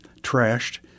trashed